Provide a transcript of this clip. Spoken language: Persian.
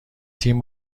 تیم